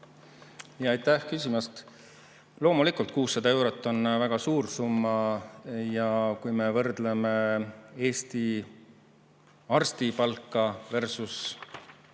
Aitäh küsimast! Loomulikult, 600 eurot on väga suur summa. Ja kui me võrdleme Eesti arsti palka Norra